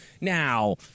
Now